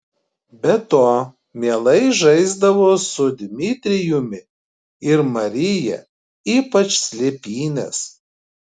be to mielai žaisdavo su dmitrijumi ir marija ypač slėpynes